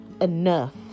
enough